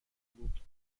بود